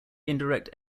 indirect